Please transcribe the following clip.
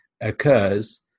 occurs